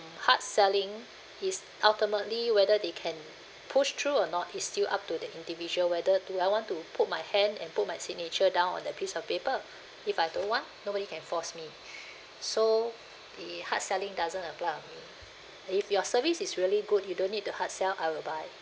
hard selling is ultimately whether they can push through or not is still up to the individual whether do I want to put my hand and put my signature down on that piece of paper if I don't want nobody can force me so it hard selling doesn't apply on me if your service is really good you don't need to hard sell I will buy